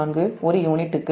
04 ஒரு யூனிட்டுக்கு